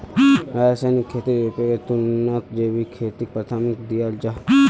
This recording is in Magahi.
रासायनिक खेतीर उपयोगेर तुलनात जैविक खेतीक प्राथमिकता दियाल जाहा